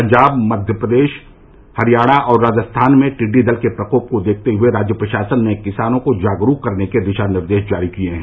पंजाब मध्य प्रदेश हरियाणा और राजस्थान में टिड्डी दल के प्रकोप को देखते हुए राज्य प्रशासन ने किसानों को जागरूक करने के दिशा निर्देश जारी किए हैं